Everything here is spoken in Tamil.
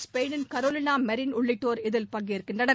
ஸ்பெயினின் கரோலினா மரின் உள்ளிட்டோர் இதில் பங்கேற்கின்றனர்